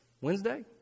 Wednesday